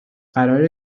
قراره